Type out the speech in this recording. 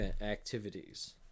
activities